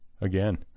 again